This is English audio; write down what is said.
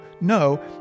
no